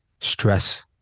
stress